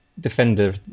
defender